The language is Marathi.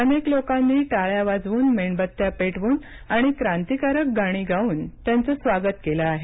अनेक लोकांनी टाळ्या वाजवून मेणबत्त्या पेटवून आणि क्रांतिकारक गाणी गाऊन याचं स्वागत केलं आहे